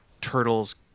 Turtles